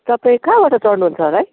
तपाईँ कहाँबाट चढ्नुहुन्छ होला है